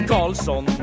Carlson